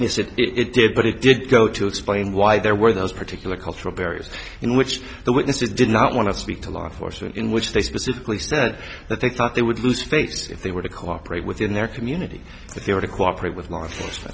said it did but it did go to explain why there were those particular cultural barriers in which the witnesses did not want to speak to law enforcement in which they specifically said that they thought they would lose face if they were to cooperate within their community that they were to cooperate with law enforcement